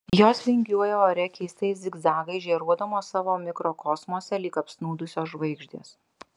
jos vingiuoja ore keistais zigzagais žėruodamos savo mikrokosmose lyg apsnūdusios žvaigždės